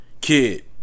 Kid